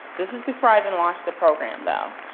this is before i even launched the program though.